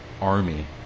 army